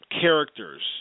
characters